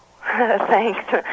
Thanks